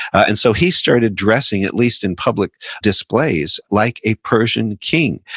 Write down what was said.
and so, he started dressing, at least, in public displays, like a persian king,